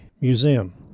museum